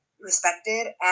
respected